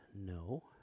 No